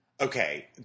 Okay